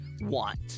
want